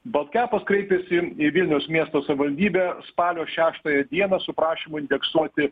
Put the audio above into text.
balt kepas kreipėsi į vilniaus miesto savivaldybę spalio šeštąją dieną su prašymu indeksuoti